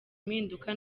impinduka